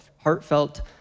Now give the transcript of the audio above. heartfelt